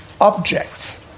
objects